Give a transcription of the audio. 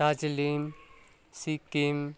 Darjeeling Sikkim